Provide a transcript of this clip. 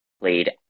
played